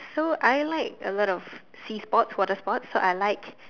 so I like a lot of sea sport water sports so I like